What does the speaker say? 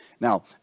Now